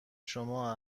شما